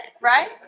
right